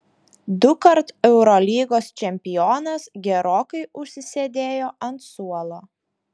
dukart eurolygos čempionas gerokai užsisėdėjo ant suolo